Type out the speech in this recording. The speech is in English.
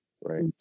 Right